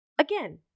Again